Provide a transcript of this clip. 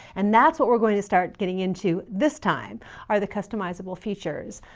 and that's what we're going to start getting into this time are the customizable features.